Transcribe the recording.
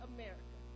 America